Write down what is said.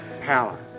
Power